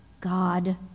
God